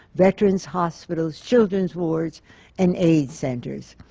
veterans' hospitals, children's wards and aids centers,